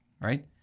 right